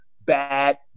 bad